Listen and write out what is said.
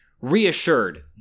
reassured